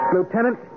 Lieutenant